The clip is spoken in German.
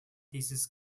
dieses